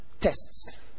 tests